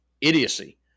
idiocy